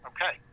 Okay